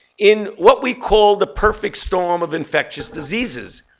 in what we call the perfect storm of infectious diseases.